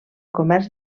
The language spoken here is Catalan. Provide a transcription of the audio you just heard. comerç